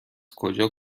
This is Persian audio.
کجا